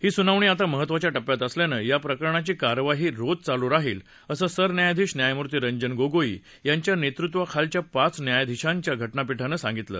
ही सुनावणी आता महत्त्वाच्या टप्प्यात असल्यानं या प्रकरणाची कार्यवाही रोज चालू राहील असं सरन्यायाधीश न्यायमूर्ती रंजन गोगोई यांच्या नेतृत्वाखालच्या पाच न्यायाधीशांच्या घटनापीठानं सांगितलं